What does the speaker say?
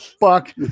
fuck